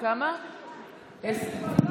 חמש.